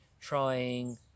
trying